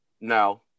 No